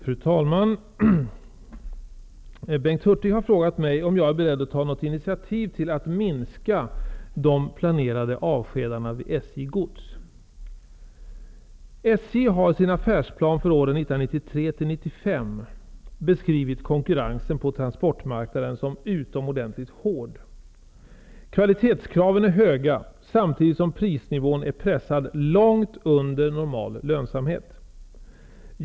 Fru talman! Bengt Hurtig har frågat mig om jag är beredd att ta något initiativ till att minska de planerade avskedandena vid SJ Gods. SJ har i sin affärsplan för åren 1993--1995 beskrivit konkurrensen på transportmarknaden som utomordentligt hård. Kvalitetskraven är höga samtidigt som prisnivån är pressad långt under normal lönsamhet.